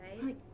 Right